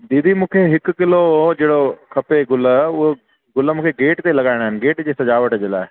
दीदी मूंखे हिकु किलो उहो जहिड़ो खपे ग़ुल उहा ग़ुलु मूंखे गेट ते लॻाइणा आहिनि गेट जी सजावट जे लाइ